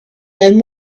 then